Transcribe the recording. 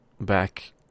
back